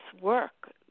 work